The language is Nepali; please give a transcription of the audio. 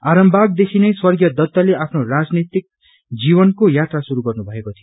आरामबागदेखि नै स्वर्गीय दत्तले आफ्नो राजनैतिक जीवनको यात्रा शुरू गर्नु भएको थियो